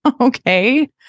Okay